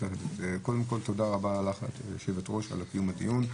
תודה רבה לך יושבת הראש על קיום הדיון.